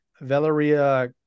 Valeria